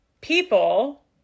people